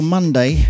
Monday